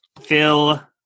Phil